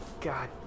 God